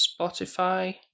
Spotify